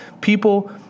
people